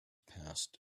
passed